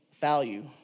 value